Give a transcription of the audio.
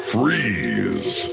Freeze